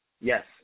Yes